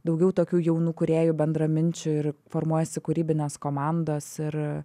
daugiau tokių jaunų kūrėjų bendraminčių ir formuojasi kūrybinės komandos ir